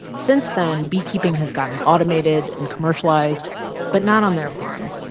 since then, beekeeping has gotten automated and commercialized but not on their farm.